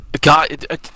God